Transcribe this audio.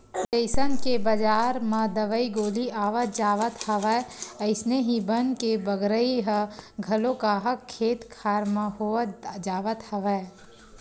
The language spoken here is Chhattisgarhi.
जइसन के बजार म दवई गोली आवत जावत हवय अइसने ही बन के बगरई ह घलो काहक खेत खार म होवत जावत हवय